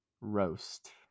Roast